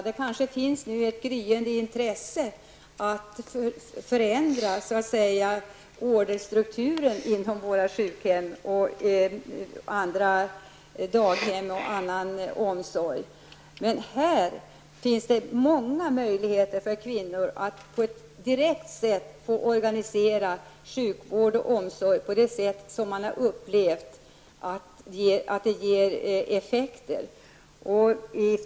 Det kanske nu finns ett gryende intresse att förändra ''orderstrukturen'' inom våra sjukhem, daghem och annan omsorg. Här finns det många möjligheter för kvinnor att få organisera sjukvård och omsorg på det sätt som man har upplevt ger effekter.